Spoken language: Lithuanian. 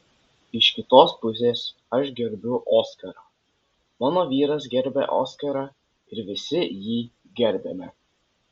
iš kitos pusės aš gerbiu oskarą mano vyras gerbia oskarą ir visi jį gerbiame